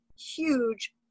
huge